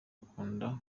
akunda